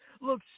look